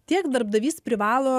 tiek darbdavys privalo